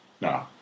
No